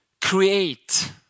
create